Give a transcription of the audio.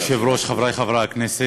אדוני היושב-ראש, חברי חברי הכנסת,